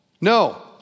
No